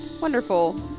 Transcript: Wonderful